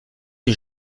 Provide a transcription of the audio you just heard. une